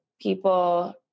people